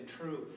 true